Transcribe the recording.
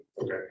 Okay